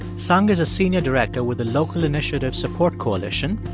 seung is a senior director with the local initiatives support coalition.